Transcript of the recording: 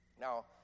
now